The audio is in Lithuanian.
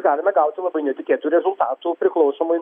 galime gauti labai netikėtų rezultatų priklausomai